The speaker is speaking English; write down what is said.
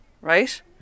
right